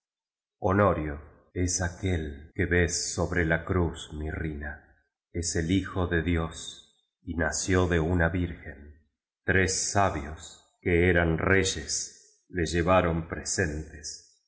es aquel que ves sobre la cruz mirrina es el hijo de dios y nació de una virgen tres sabios que eran re yes le llevaron presentes